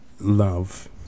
love